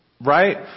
right